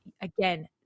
again